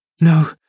No